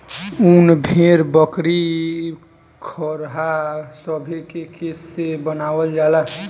उन भेड़, बकरी, खरहा सभे के केश से बनावल जाला